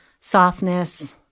softness